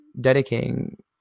dedicating